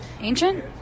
Ancient